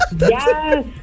Yes